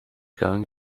going